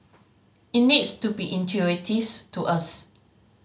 it needs to be intuitive to us